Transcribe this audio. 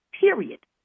period